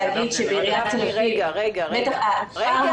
אני יכולה להגיד שבעיריית תל אביב מתח הדרגות